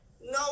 no